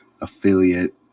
affiliate